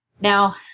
Now